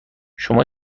شما